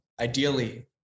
ideally